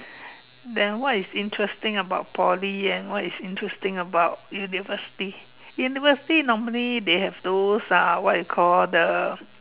then what is interesting about Poly and what is interesting about university university normally they have those uh what you call the